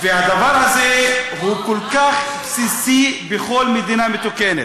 הדבר הזה הוא כל כך בסיסי בכל מדינה מתוקנת.